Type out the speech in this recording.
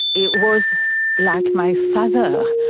it was like my father.